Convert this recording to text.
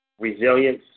resilience